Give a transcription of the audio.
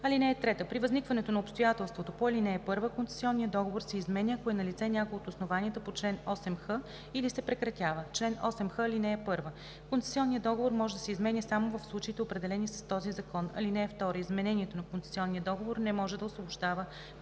(3) При възникването на обстоятелство по ал. 1 концесионният договор се изменя, ако е налице някое от основанията по чл. 8х, или се прекратява. Чл. 8х. (1) Концесионният договор може да се изменя само в случаите, определени с този закон. (2) Изменението на концесионния договор не може да освобождава